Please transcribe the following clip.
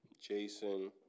Jason